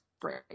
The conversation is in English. great